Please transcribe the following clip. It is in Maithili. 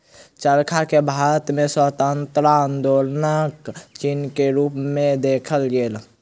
चरखा के भारत में स्वतंत्रता आन्दोलनक चिन्ह के रूप में देखल गेल